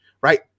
right